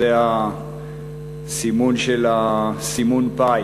המסומן π.